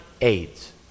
AIDS